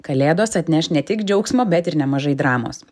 kalėdos atneš ne tik džiaugsmo bet ir nemažai dramos